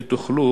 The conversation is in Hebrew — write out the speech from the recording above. ותוכלו,